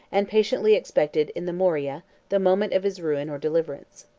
and patiently expected, in the morea, the moment of his ruin or deliverance.